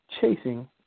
chasing